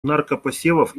наркопосевов